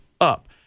up